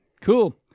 cool